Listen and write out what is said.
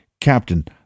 Captain